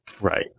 Right